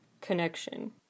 connection